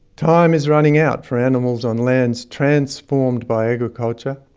time is running out for animals on lands transformed by agriculture,